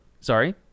Sorry